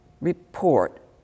report